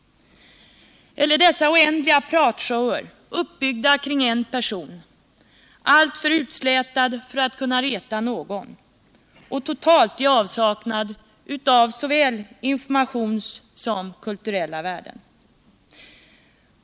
Eller dessa oändliga pratshower, uppbyggda kring en person, alltför utslätade för att kunna reta någon och totalt i avsaknad av såväl information som kulturella värden.